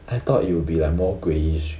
I thought it will be like more greyish